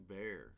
Bear